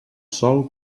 sol